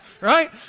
right